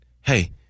Hey